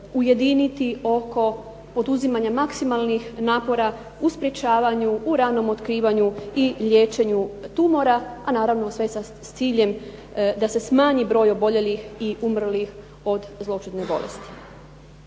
ujediniti oko poduzimanja maksimalnih napora u sprječavanju, u ranom otkrivanju i liječenju tumora a naravno sve sa ciljem da se smanji broj oboljelih i umrlih od zloćudne bolesti.